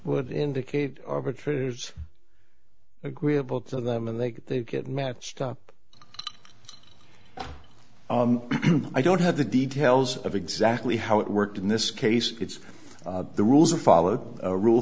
would indicate arbitrator's agreeable to them and they could get matched up i don't have the details of exactly how it worked in this case it's the rules are followed rule